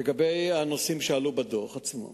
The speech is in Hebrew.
לגבי הנושאים שעלו בדוח עצמו: